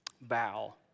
bow